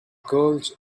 girls